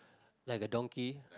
like a donkey